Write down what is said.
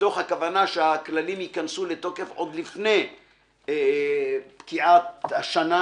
מתוך הכוונה שהכללים ייכנסו לתוקף עוד לפני פקיעת השנה.